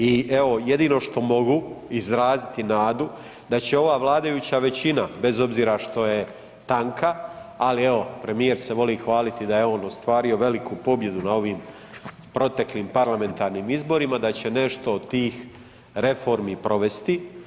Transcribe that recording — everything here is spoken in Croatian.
I evo jedino što mogu izraziti nadu da će ova vladajuća većina, bez obzira što je tanka, ali evo premijer se voli hvaliti da je on ostvario veliku pobjedu na ovim proteklim parlamentarnim izborima, da će nešto od tih reformi provesti.